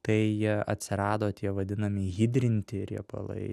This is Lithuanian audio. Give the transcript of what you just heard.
tai atsirado tie vadinami hidrinti riebalai riebalai